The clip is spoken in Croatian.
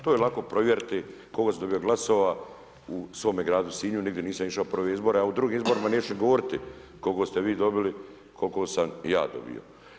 To je lako provjeriti koliko sam dobio glasova u svome gradu Sinju, nigdje nisam išao, prve izbore a o drugim izborima neću ni govoriti koliko ste vi dobili, koliko sam ja dobio.